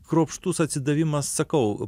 kruopštus atsidavimas sakau